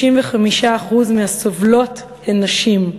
95% מהסובלים הם נשים,